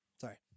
Sorry